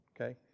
okay